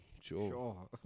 Sure